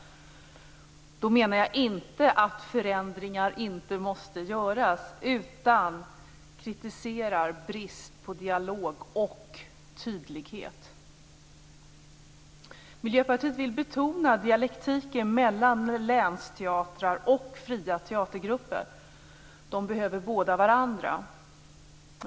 Jag menar inte att förändringar inte måste göras, utan jag kritiserar bristen på dialog och tydlighet. Miljöpartiet vill betona dialektiken mellan länsteatrar och fria teatergrupper. De behöver båda varandra.